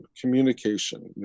communication